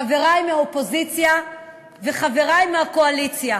חברי מהאופוזיציה וחברי מהקואליציה.